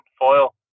foil